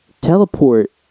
teleport